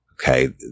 Okay